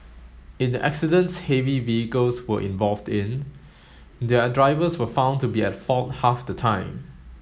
in the accidents heavy vehicles were involved in their drivers were found to be at fault half the time